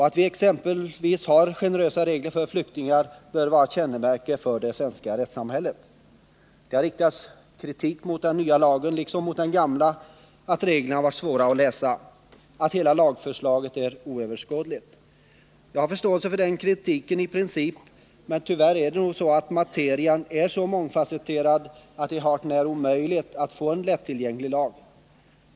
Att exempelvis ha generösa regler för flyktingar bör vara ett kännemärke för det svenska rättssamhället. Det har riktats kritik mot den nya lagen, liksom mot den gamla, för att den är svår att läsa. Hela lagförslaget har betecknats som oöverskådligt. Jag har förståelse för den kritiken i princip, men tyvärr är nog materien så mångfasetterad att det är hart när omöjligt att utarbeta en lättillgänglig lag på detta område.